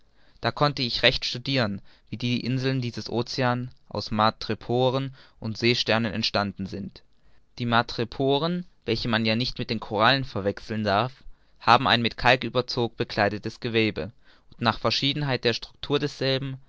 da konnte ich recht studiren wie die inseln dieses oceans aus madreporen oder seesternen entstanden sind die madreporen welche man ja nicht mit den korallen verwechseln darf haben ein mit kalküberzug bekleidetes gewebe und nach verschiedenheit der structur desselben